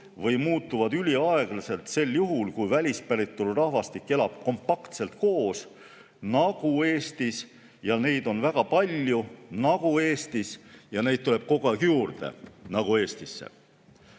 või muutuvad üliaeglaselt sel juhul, kui välispäritolu rahvastik elab kompaktselt koos, nii nagu Eestis, ja neid on väga palju, nii nagu Eestis, ja neid tuleb kogu aeg juurde.